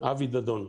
אבי דדון.